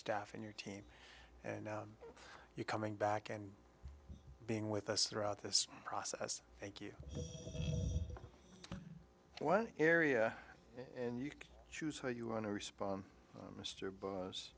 staff and your team and you coming back and being with us throughout this process thank you one area and you can choose how you want to respond mr bush